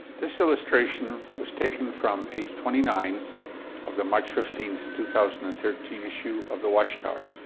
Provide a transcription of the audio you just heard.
this illustration was taken from page twenty nine of the march fifteen, two thousand and thirteen issue of the watchtower.